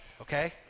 okay